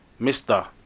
Mr